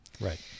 Right